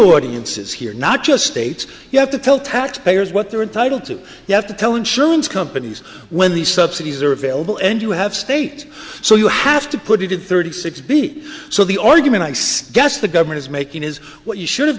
audiences here not just states you have to tell taxpayers what they're entitled to you have to tell insurance companies when these subsidies are available and you have state so you have to put it in thirty six b so the argument i guess gets the government is making is what you should have